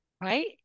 right